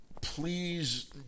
please